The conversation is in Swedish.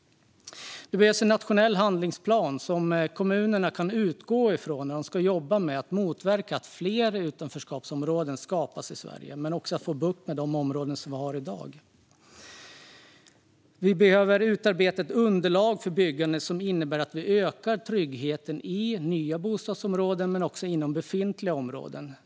Det behövs en nationell handlingsplan som kommunerna kan utgå ifrån när de ska jobba med att motverka att fler utanförskapsområden skapas i Sverige men också få bukt med de områden vi har i dag. Vi behöver utarbeta ett underlag för byggandet som innebär att vi ökar tryggheten i nya bostadsområden men också inom befintliga områden.